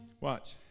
watch